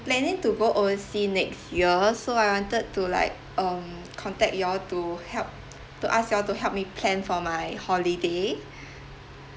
planning to go oversea next year so I wanted to like um contact you all to help to ask you all to help me plan for my holiday